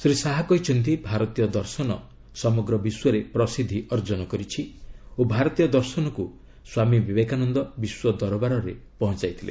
ଶ୍ରୀ ଶାହା କହିଛନ୍ତି ଭାରତୀୟ ଦର୍ଶନ ସମଗ୍ର ବିଶ୍ୱରେ ପ୍ରସିଦ୍ଧି ଅର୍ଜନ କରିଛି ଓ ଭାରତୀୟ ଦର୍ଶନକୁ ସ୍ୱାମୀ ବିବେକାନନ୍ଦ ବିଶ୍ୱ ଦରବାରରେ ପହଞ୍ଚାଇଥିଲେ